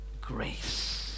Grace